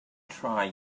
try